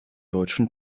deutschen